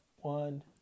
One